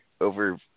over